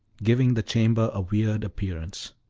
giving the chamber a weird appearance.